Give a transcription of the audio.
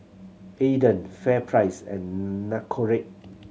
Aden FairPrice and Nicorette